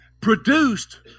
produced